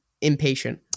impatient